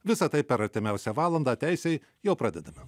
visa tai per artimiausią valandą teisei jau pradedame